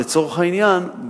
לצורך העניין,